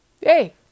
Hey